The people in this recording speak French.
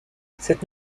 cette